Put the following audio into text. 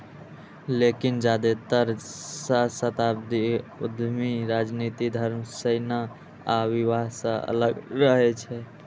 लेकिन जादेतर सहस्राब्दी उद्यमी राजनीति, धर्म, सेना आ विवाह सं अलग रहै छै